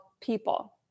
people